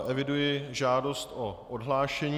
Eviduji žádost o odhlášení.